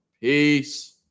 peace